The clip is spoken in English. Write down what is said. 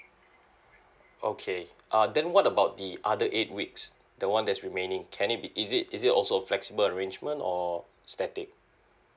okay uh then what about the other eight weeks the one that's remaining can it be is it is it also a flexible arrangement or static